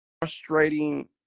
frustrating